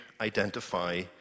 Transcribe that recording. identify